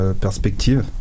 Perspective